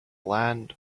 land